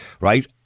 right